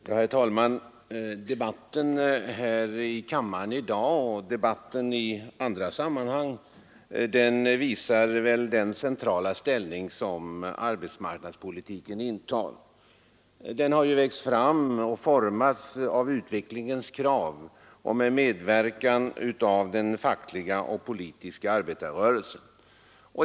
Herr talman! Debatten här i kammaren i dag och debatten i andra sammanhang visar den centrala ställning som arbetsmarknadspolitiken intar. Den har växt fram och formats av utvecklingens krav och under medverkan av den fackliga och politiska arbetarrörelsen.